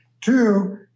Two